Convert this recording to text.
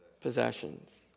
possessions